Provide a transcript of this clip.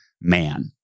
man